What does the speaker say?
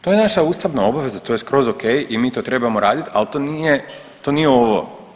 To je naša ustavna obaveza, to je skroz ok i mi to trebamo raditi ali to nije, to nije ovo.